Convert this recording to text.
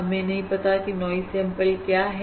हमें नहीं पता की नाइज सैंपल क्या है